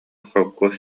холкуос